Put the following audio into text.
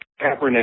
Kaepernick